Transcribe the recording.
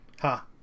Ha